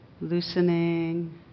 loosening